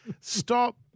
stop